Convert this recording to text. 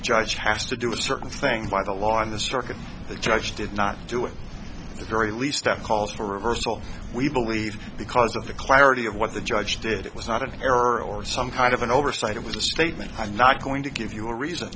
judge has to do a certain thing by the law and the circuit the judge did not do it the very least that calls for reversal we believe because of the clarity of what the judge did it was not an error or some kind of an oversight it was a statement i'm not going to give you a re